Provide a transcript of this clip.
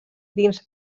dins